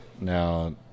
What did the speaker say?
Now